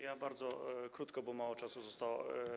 Ja bardzo krótko, bo mało czasu zostało.